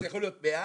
זה יכול להיות 100,